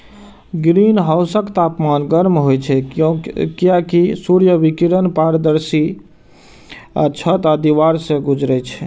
ग्रीनहाउसक तापमान गर्म होइ छै, कियैकि सूर्य विकिरण पारदर्शी छत आ दीवार सं गुजरै छै